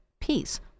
peace